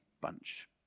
bunch